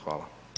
Hvala.